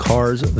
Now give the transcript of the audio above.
Cars